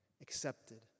accepted